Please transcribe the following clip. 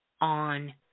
on